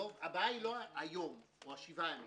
הבעיה היא לא היום או השבעה היום.